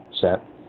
set